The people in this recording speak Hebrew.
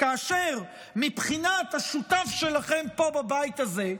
כאשר מבחינת השותף שלכם פה בבית הזה,